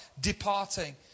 departing